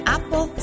Apple